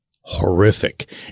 horrific